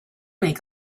make